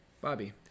Bobby